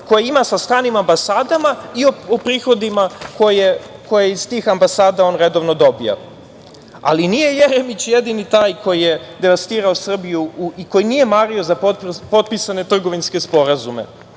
koje ima sa stranim ambasadama i o prihodima koje iz tih ambasada on redovno dobija. Ali, nije Jeremić jedini taj koji je devastirao Srbiju i koji nije mario za potpisane trgovinske sporazume.